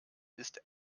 ist